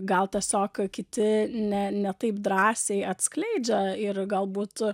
gal tiesiog kiti ne ne taip drąsiai at skleidžia ir galbūt